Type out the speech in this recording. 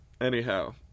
Anyhow